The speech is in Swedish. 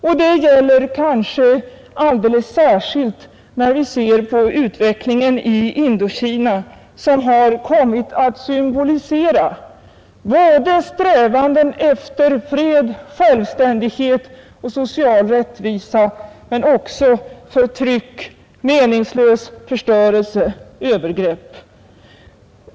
Och det gäller kanske alldeles särskilt när vi ser på utvecklingen i Indokina, som har kommit att symbolisera strävandena efter fred, självständighet och social rättvisa men också förtryck, meningslös förstörelse och övergrepp.